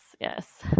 yes